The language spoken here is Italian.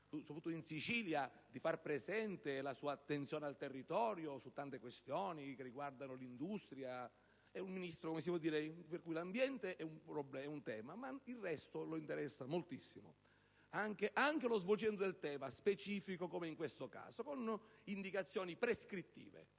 soprattutto in Sicilia, di far presente la sua attenzione al territorio e su tante altre questioni, ad esempio sull'industria. È un Ministro per cui l'ambiente è un tema, ma il resto lo interessa moltissimo anche lo svolgimento specifico del tema, come in questo caso, con indicazioni prescrittive